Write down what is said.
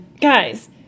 guys